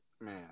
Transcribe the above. man